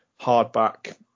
hardback